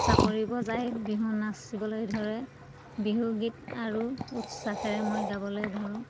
চাপৰি বজাই বিহু নাচিবলৈ ধৰে বিহু গীত আৰু উৎসাহেৰে মই গাবলৈ ধৰোঁ